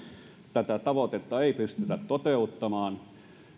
tätä tavoitetta ei pystytä toteuttamaan